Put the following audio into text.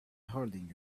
holding